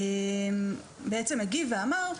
הוא הגיב ואמר,